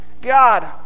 God